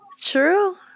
True